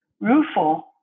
rueful